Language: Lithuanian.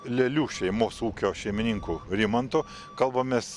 lialių šeimos ūkio šeimininkų rimantu kalbamės